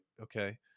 okay